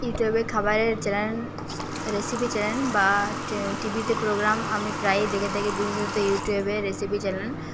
ইউটিউবে খাবারের channel recipe channel বা টিভিতে প্রোগ্রাম আমি প্রায়ই দেখে থাকি বিশেষত ইউটিউবে রেসিপি চ্যানেল